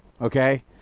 Okay